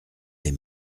les